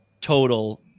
total